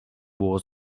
było